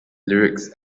lyrics